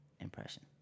impression